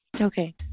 okay